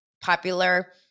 popular